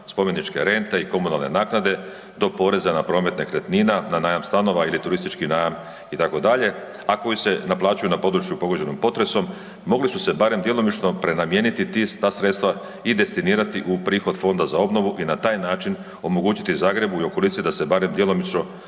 spomeničke rente i komunalne naknade do poreza na promet nekretnina, na najam stanova ili turistički najam itd., a koji se naplaćuju na području pogođenom potresom mogli su se barem djelomično prenamijeniti ta sredstva i destinirati u prihod Fonda za obnovu i na taj način omogućiti Zagrebu i okolici da se barem djelomično